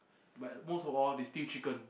but most of all they steam chicken